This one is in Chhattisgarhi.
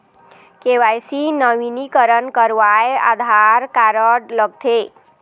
के.वाई.सी नवीनीकरण करवाये आधार कारड लगथे?